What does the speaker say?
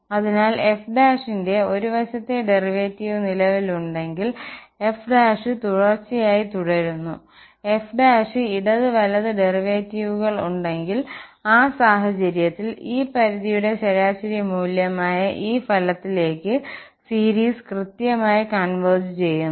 അതിനാൽ f ന്റെ ഒരു വശത്തെ ഡെറിവേറ്റീവ് നിലവിലുണ്ടെങ്കിൽ f തുടർച്ചയായി തുടരുന്നു f ഇടത് വലത് ഡെറിവേറ്റീവുകൾ ഉണ്ടെങ്കിൽ ആ സാഹചര്യത്തിൽ ഈ പരിധിയുടെ ശരാശരി മൂല്യമായ ഈ ഫലത്തിലേക്ക് സീരീസ് കൃത്യമായി കോൺവെർജ് ചെയ്യുന്നു